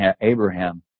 abraham